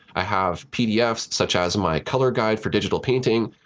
i have pdfs such as my color guide for digital painting,